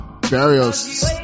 Barrios